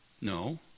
No